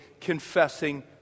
confessing